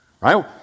right